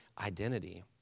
identity